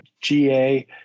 GA